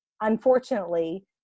unfortunately